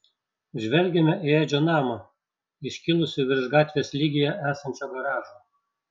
žvelgėme į edžio namą iškilusį virš gatvės lygyje esančio garažo